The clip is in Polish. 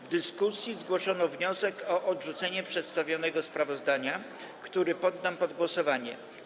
W dyskusji zgłoszono wniosek o odrzucenie przedstawionego sprawozdania, który poddam pod głosowanie.